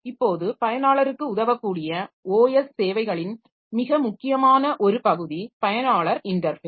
இப்போது பயனாளருக்கு உதவக்கூடிய OS சேவைகளின் மிக முக்கியமான ஒரு பகுதி பயனாளர் இன்டர்ஃபேஸ்